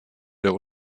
der